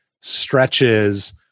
stretches